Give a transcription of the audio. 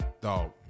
dog